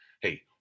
Hey